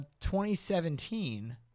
2017